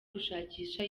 gushakisha